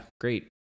great